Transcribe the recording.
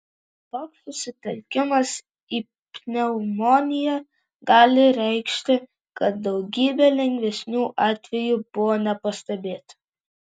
toks susitelkimas į pneumoniją gali reikšti kad daugybė lengvesnių atvejų buvo nepastebėti